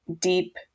deep